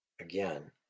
Again